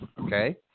Okay